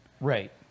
Right